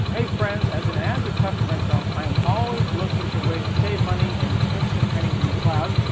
hey friends. as an azure customer myself, i am always looking for ways to save money and pinch some pennies in the cloud.